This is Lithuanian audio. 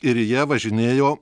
ir į ja važinėjo